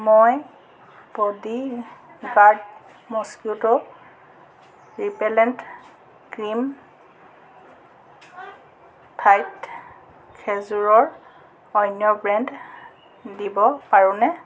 মই bodyguard mosquito repellent cream ঠাইত খেজুৰৰ অন্য ব্ৰেণ্ড দিব পাৰোঁনে